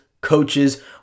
coaches